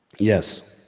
yes,